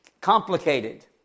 complicated